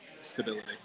stability